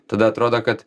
tada atrodo kad